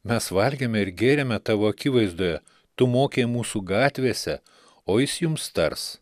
mes valgėme ir gėrėme tavo akivaizdoje tu mokei mūsų gatvėse o jis jums tars